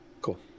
Cool